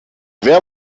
wer